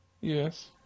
Yes